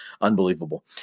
Unbelievable